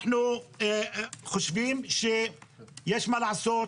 אנחנו חושבים שיש מה לעשות,